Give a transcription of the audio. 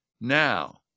Now